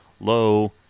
low